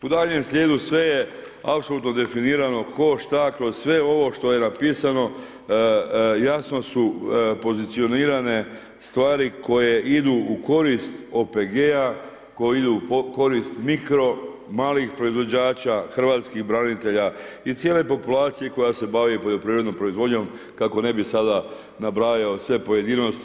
U daljnjem slijedu sve je apsolutno definirano tko, šta kroz sve ovo što je napisano jasno su pozicionirane stvari koje idu u korist OPG-a, koje idu u korist mikro, malih proizvođača, hrvatskih branitelja i cijele populacije koja se bavi poljoprivrednom proizvodnjom kako ne bih sada nabrajao sve pojedinosti.